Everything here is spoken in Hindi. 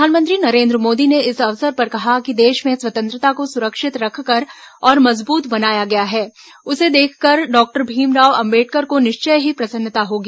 प्रधानमंत्री नरेन्द्र मोदी ने इस अवसर पर कहा कि देश में स्वतंत्रता को सुरक्षित रखकर और मजबूत बनाया गया है उसे देखकर डॉक्टर भीमराव अम्बेडकर को निश्चय ही प्रसन्नता होती